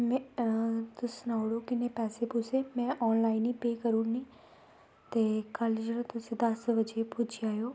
तुस सनाउड़ो किन्ने पैसे पूसे में आन लाईन ई पे करी ओड़नी ते कल तुस जेह्ड़ा दस बज़े पुज्जी जायो